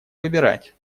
выбирать